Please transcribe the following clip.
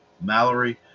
Mallory